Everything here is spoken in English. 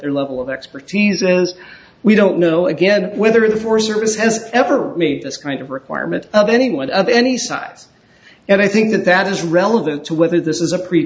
their level of expertise is we don't know again whether in the forest service has ever made this kind of requirement of anyone of any size and i think that that is relevant to whether this is a pre